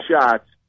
shots